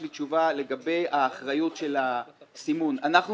יש לי תשובה לגבי האחריות של הסימון: אנחנו